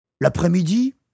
L'après-midi